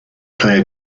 clare